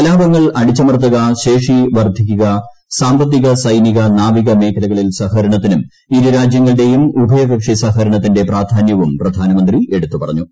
കലാപങ്ങൾ അടിച്ചമർത്തുകൂ ശ്രേഷി വർദ്ധിക്കുക സാമ്പത്തിക സൈനിക നാവിക മേഖലകളിൽ സഹകരണത്തിനും ഇരു രാജ്യങ്ങളുടേയും ഉഭയ്ക്ക്ഷി സഹകരണത്തിന്റെ പ്രാധാന്യവും പ്രധാനമന്ത്രി എടുത്തുപറഞ്ഞു